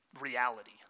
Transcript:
reality